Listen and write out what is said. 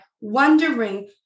wondering